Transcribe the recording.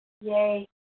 yay